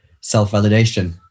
self-validation